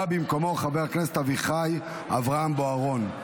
בא במקומו חבר הכנסת אביחי אברהם בוארון.